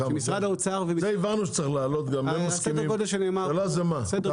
לכמה, זה הבנו שצריך להעלות, השאלה זה כמה.